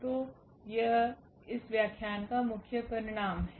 तो यह इस व्याख्यान का मुख्य परिणाम है